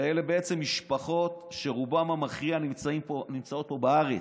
ואלה בעצם משפחות שרובן המכריע נמצאות פה בארץ.